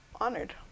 honored